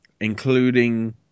including